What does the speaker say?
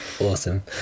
Awesome